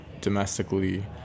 domestically